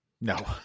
No